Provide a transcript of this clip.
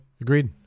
Agreed